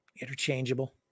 interchangeable